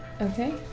Okay